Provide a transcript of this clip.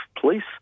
police